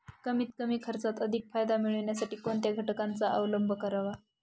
कमीत कमी खर्चात अधिक फायदा मिळविण्यासाठी कोणत्या घटकांचा अवलंब करावा?